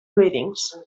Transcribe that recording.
readings